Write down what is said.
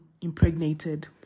impregnated